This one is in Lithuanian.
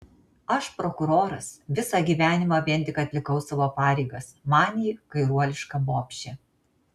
aš prokuroras visą gyvenimą vien tik atlikau savo pareigas man ji kairuoliška bobšė